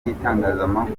y’itangazamakuru